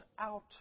out